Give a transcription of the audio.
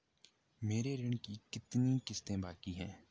मेरे ऋण की कितनी किश्तें बाकी हैं?